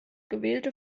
gewählte